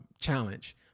challenge